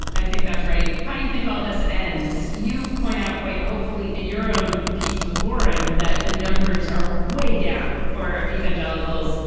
i think that's right how do you think all this ends? you point out quite hopefully in your own piece with lauren that the numbers are way down for evangelicals.